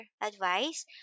advice